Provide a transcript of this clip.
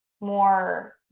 more